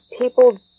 people